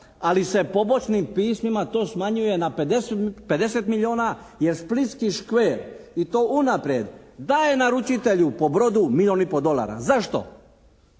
Ali se pobočnim pismima to smanjuje na 50 milijuna jer splitski Škver i to unaprijed daje naručitelju po brodu milijun i pol dolara. Zašto?